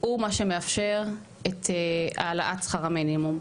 הוא מה שמאפשר את העלאת שכר המינימום.